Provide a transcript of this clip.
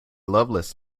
loveless